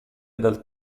dal